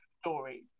story